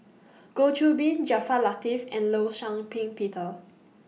Goh Qiu Bin Jaafar Latiff and law Shau Ping Peter